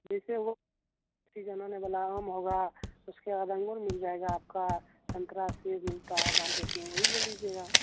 जैसे वो वाला आम होगा उसके बाद अंगूर मिल जाएगा आपका संतरा सेब मिलता हे मार्केट में वही ले लीजिएगा